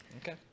Okay